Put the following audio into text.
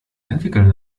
entwickeln